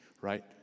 right